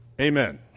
Amen